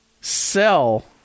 sell